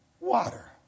Water